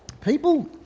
people